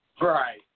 Right